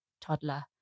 toddler